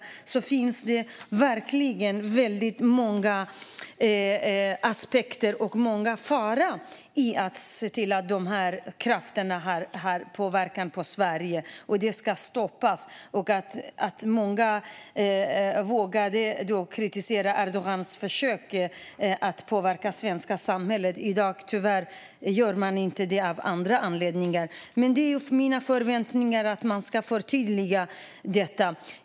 Det finns verkligen många aspekter och stora faror genom dessa krafters påverkan på Sverige. Det ska stoppas. Många har vågat kritisera Erdogans försök att påverka det svenska samhället. I dag gör man tyvärr inte det av andra anledningar. Mina förväntningar är att man ska förtydliga allt detta.